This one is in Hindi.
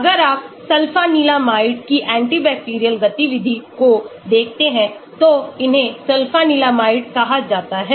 अगर आप सल्फेनिलमाइड की एंटी बैक्टीरियल गतिविधि को देखते हैं तो इन्हें सल्फिलामाइड कहा जाता है